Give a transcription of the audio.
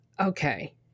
Okay